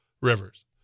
rivers